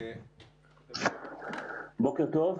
בוקר טוב.